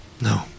No